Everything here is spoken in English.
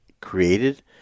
created